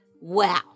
Wow